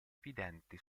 evidenti